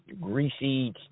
greasy